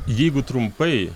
jeigu trumpai